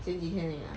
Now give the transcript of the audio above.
前几天而已 lah